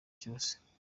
cyose